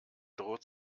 droht